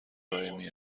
دائمی